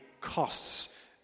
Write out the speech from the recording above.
costs